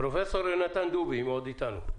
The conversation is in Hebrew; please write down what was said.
פרופ' יונתן דובי, בבקשה.